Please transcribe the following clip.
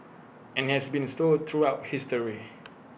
and has been so throughout history